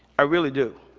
i really do.